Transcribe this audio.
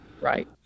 Right